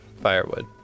firewood